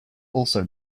also